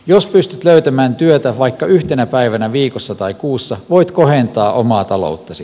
jos pystyt löytämään työtä vaikka yhtenä päivänä viikossa tai kuussa voit kohentaa omaa talouttasi